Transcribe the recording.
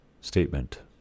Statement